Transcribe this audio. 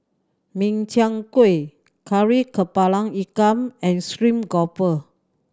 Min Chiang Kueh Kari Kepala Ikan and stream grouper